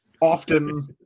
often